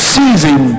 season